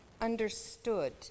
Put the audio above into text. understood